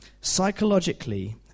Psychologically